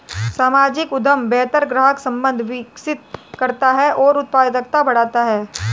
सामाजिक उद्यम बेहतर ग्राहक संबंध विकसित करता है और उत्पादकता बढ़ाता है